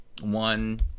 one